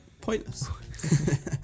Pointless